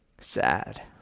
sad